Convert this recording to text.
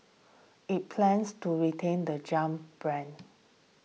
it plans to retain the jump brand